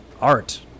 art